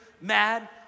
mad